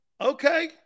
Okay